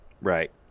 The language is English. Right